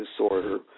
disorder